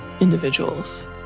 individuals